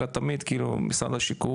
אלא תמיד כאילו משרד השיכון,